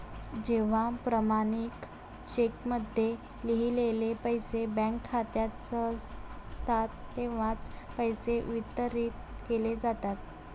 जेव्हा प्रमाणित चेकमध्ये लिहिलेले पैसे बँक खात्यात असतात तेव्हाच पैसे वितरित केले जातात